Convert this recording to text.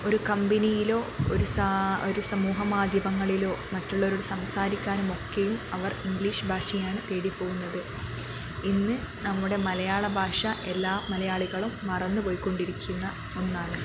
ഒരു കമ്പനിയിലോ ഒരു ഒരു സമൂഹ മാധ്യമങ്ങളിലോ മറ്റുള്ളവരോട് സംസാരിക്കാനും ഒക്കെയും അവർ ഇംഗ്ലീഷ് ഭാഷയാണ് തേടിപ്പോകുന്നത് ഇന്ന് നമ്മുടെ മലയാള ഭാഷ എല്ലാ മലയാളികളും മറന്നു പോയിക്കൊണ്ടിരിക്കുന്ന ഒന്നാണ്